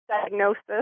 diagnosis